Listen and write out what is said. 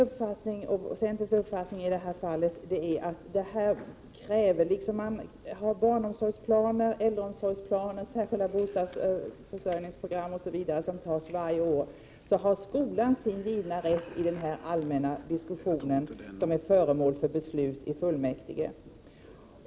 Liksom man har barnomsorgsplaner, äldreomsorgsplaner, särskilda bostadsförsörjningsprogram osv. som upprättas varje år har också skolan sin givna rätt i den allmänna diskussionen när det skall beslutas i fullmäktige.